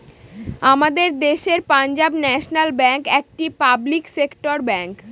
আমাদের দেশের Punjab national bank একটি পাবলিক সেক্টর ব্যাঙ্ক